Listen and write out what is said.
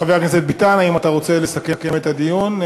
חבר הכנסת ביטן, האם אתה רוצה לסכם את הדיון?